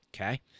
Okay